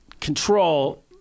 control